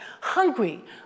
Hungry